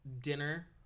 dinner